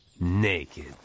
naked